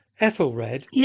ethelred